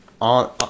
on